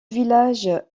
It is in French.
village